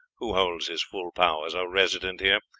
who holds his full powers, are resident here.